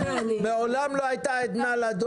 מעולם לא הייתה כזו עדנה לדואר.